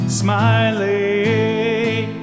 smiling